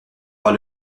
pas